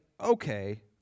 okay